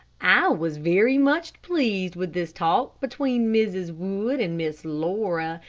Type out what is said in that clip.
i was very much pleased with this talk between mrs. wood and miss laura,